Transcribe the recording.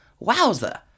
wowza